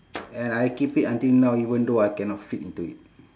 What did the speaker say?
and I keep it until now even though I cannot fit into it